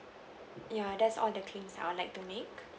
ya that's all the claims I would like to make